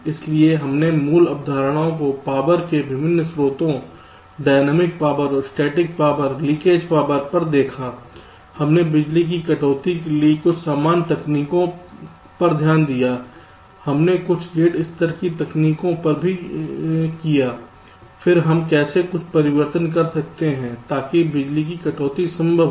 इसलिए हमने मूल अवधारणाओं को पावर के विभिन्न स्रोतों dynamic power static power leakage power पर देखा हमने बिजली की कटौती के लिए कुछ सामान्य तकनीकों पर ध्यान दिया हमने कुछ गेट स्तर की तकनीकों पर भी गौर किया की हम कैसे कुछ परिवर्तन कर सकते हैं ताकि बिजली की कटौती संभव हो